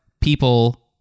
people